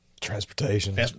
Transportation